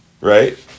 right